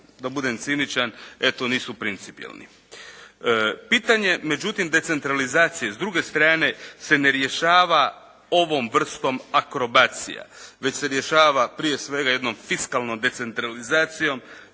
da budem ciničan, eto nisu principijelni. Pitanje međutim decentralizacije s druge strane se ne rješava ovom vrstom akrobacija već se rješava prije svega jednom fiskalnom decentralizacijom,